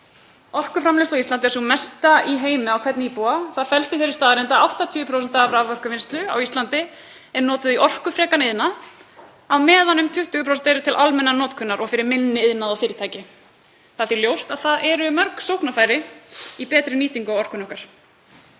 Orkuframleiðsla á Íslandi er sú mesta í heimi á hvern íbúa. Það felst í þeirri staðreynd að 80% af raforku sem framleidd er á Íslandi eru notuð í orkufrekan iðnað á meðan um 20% eru til almennrar notkunar og fyrir minni iðnað og fyrirtæki. Það er því ljóst að það eru mörg sóknarfæri í betri nýtingu á orkunni okkar.